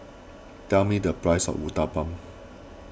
tell me the price of Uthapam